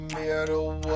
middle